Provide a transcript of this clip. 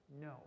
No